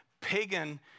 pagan